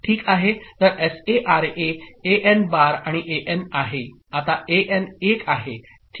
तर S A R A A N bar आणि A N आहे आता एएन 1 आहे ठीक